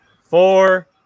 four